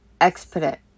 expedite